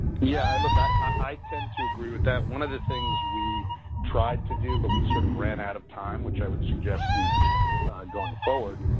yeah look, i tend to agree with that. one of the things we tried to do, but we sort of ran out of time, which i would suggest we do going forward,